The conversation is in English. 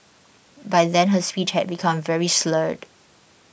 by then her speech had become very slurred